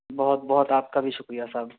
بہت بہت آپ کا بھی شکریہ صاحب